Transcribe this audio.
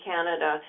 Canada